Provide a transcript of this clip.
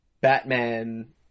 Batman